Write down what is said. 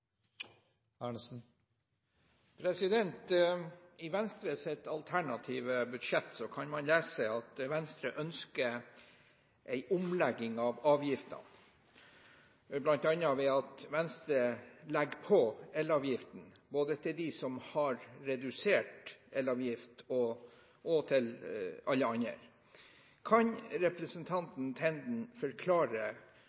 lese at Venstre ønsker en omlegging av avgiftene, bl.a. ved at Venstre legger på elavgiften både til dem som har redusert elavgift, og til alle andre. Kan